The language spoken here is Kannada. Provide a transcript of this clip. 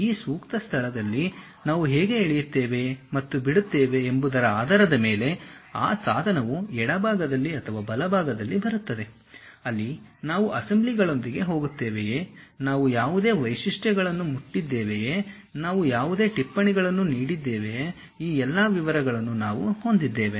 ಈ ಸೂಕ್ತ ಸ್ಥಳದಲ್ಲಿ ನಾವು ಹೇಗೆ ಎಳೆಯುತ್ತೇವೆ ಮತ್ತು ಬಿಡುತ್ತೇವೆ ಎಂಬುದರ ಆಧಾರದ ಮೇಲೆ ಆ ಸಾಧನವು ಎಡಭಾಗದಲ್ಲಿ ಅಥವಾ ಬಲಭಾಗದಲ್ಲಿ ಬರುತ್ತದೆ ಅಲ್ಲಿ ನಾವು ಅಸೆಂಬ್ಲಿಗಳೊಂದಿಗೆ ಹೋಗುತ್ತೇವೆಯೇ ನಾವು ಯಾವುದೇ ವೈಶಿಷ್ಟ್ಯಗಳನ್ನು ಮುಟ್ಟಿದ್ದೇವೆಯೇ ನಾವು ಯಾವುದೇ ಟಿಪ್ಪಣಿಗಳನ್ನು ನೀಡಿದ್ದೇವೆ ಈ ಎಲ್ಲಾ ವಿವರಗಳನ್ನು ನಾವು ಹೊಂದಿದ್ದೇವೆ